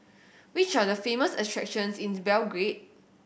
which are the famous attractions in Belgrade